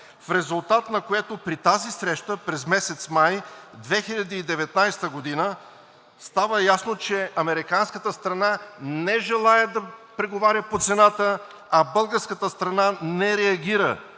в резултат на което при срещата през месец май 2019 г. става ясно, че американската страна не желае да преговаря по цената, а българската страна не реагира